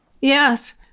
Yes